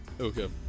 Okay